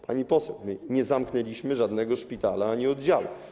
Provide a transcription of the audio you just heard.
Pani poseł, my nie zamknęliśmy żadnego szpitala ani oddziału.